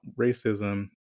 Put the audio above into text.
racism